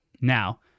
Now